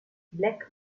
black